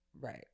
Right